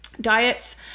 Diets